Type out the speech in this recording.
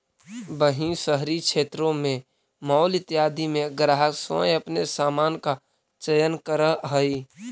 वहीं शहरी क्षेत्रों में मॉल इत्यादि में ग्राहक स्वयं अपने सामान का चयन करअ हई